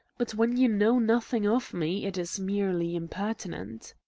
but when you know nothing of me it is merely impertinent.